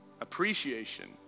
appreciation